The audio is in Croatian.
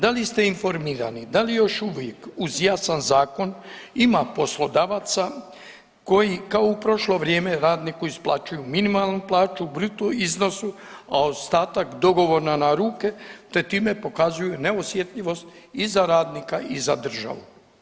Da li ste informirani, da li još uvijek uz jasan zakon ima poslodavaca koji, kao u prošlo vrijeme, radniku isplaćuju minimalnu plaću u bruto iznosu, a ostatak dogovora na ruke te time pokazuju neosjetljivost i za radnika i za državu?